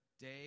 day